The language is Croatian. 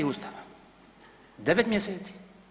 Ustava 9 mjeseci.